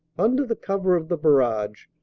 under the cover of the barrage,